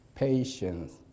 Patience